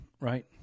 right